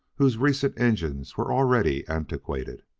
whose recent engines were already antiquated.